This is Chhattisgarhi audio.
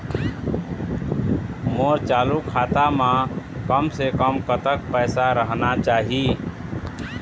मोर चालू खाता म कम से कम कतक पैसा रहना चाही?